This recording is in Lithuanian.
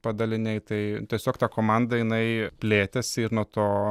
padaliniai tai tiesiog ta komanda jinai plėtėsi ir nuo to